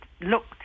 looked